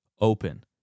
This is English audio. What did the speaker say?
open